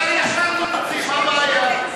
אפשר ישר להוציא, מה הבעיה?